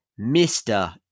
mr